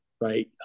Right